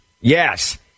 Yes